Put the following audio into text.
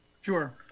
Sure